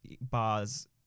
bars